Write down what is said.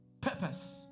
Purpose